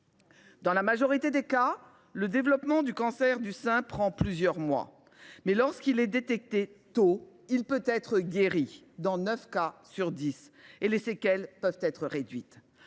Dans la majorité des cas, le développement d’un cancer du sein prend plusieurs mois ; lorsqu’il est détecté tôt, il peut être guéri dans neuf cas sur dix et les séquelles peuvent être réduites.